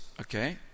okay